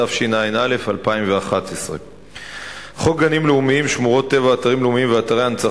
התשע"א 2011. אדוני השר